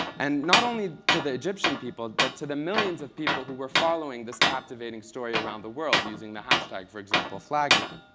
and not only to the egyptian people but to the millions of people who were following this captivating story around the world using the hash-tag, for example, flagman.